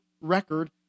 record